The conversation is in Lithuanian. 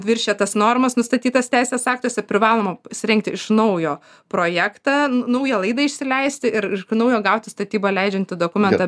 viršija tas normas nustatytas teisės aktuose privaloma surengti iš naujo projektą naują laidą įsileisti ir iš naujo gauti statybą leidžiantį dokumentą